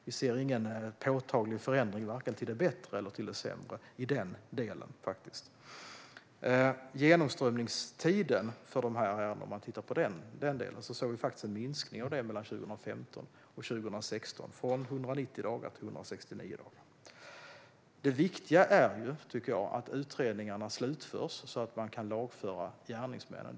Vi ser ingen påtaglig förändring vare sig till det bättre eller till det sämre i den delen. Man kan titta på genomströmningstiden för dessa ärenden. Det var faktiskt en minskning mellan 2015 och 2016, från 190 dagar till 169 dagar. Det viktiga är, tycker jag, att utredningarna slutförs, så att man kan lagföra gärningsmännen.